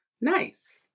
nice